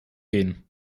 gehen